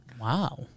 Wow